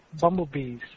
bumblebees